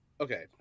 Okay